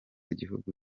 igihugu